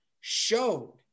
showed